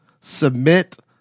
submit